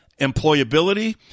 employability